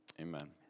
amen